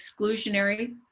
exclusionary